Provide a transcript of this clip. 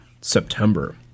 September